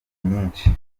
nyinshi